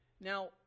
Now